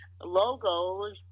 logos